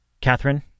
Catherine